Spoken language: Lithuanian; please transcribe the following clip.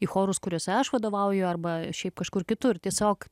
į chorus kuriuose aš vadovauju arba šiaip kažkur kitur tiesiog